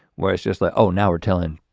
where it's just like, oh, now we're telling